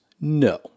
no